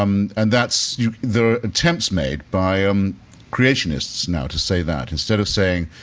um and that's there are attempts made by um creationists now to say that. instead of saying,